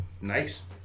nice